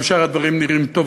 גם שאר הדברים נראים טוב.